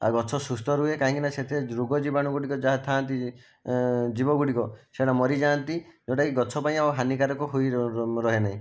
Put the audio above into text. ଆଉ ଗଛ ସୁସ୍ଥ ରୁହେ କାହିଁକି ନା ସେଥିରେ ରୋଗ ଜୀବାଣୁ ଗୁଡ଼ିକ ଯାହା ଥାଆନ୍ତି ଜିବଗୁଡ଼ିକ ସେଗୁଡ଼ା ମରିଯାଆନ୍ତି ଯେଉଁଟାକି ଗଛ ପାଇଁ ଆଉ ହାନିକାରକ ହୋଇ ରହେ ନାହିଁ